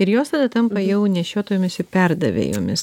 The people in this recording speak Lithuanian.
ir jos tada tampa jau nešiotojomis ir perdavė jomis